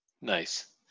Nice